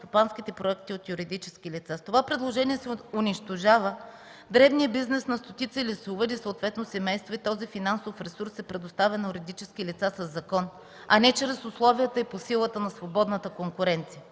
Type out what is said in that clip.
горскостопанските проекти – от юридически лица. С това предложение се унищожава дребния бизнес на стотици лесовъди, съответно семейства и този финансов ресурс се предоставя на юридически лица със закон, а не чрез условията и по силата на свободната конкуренция.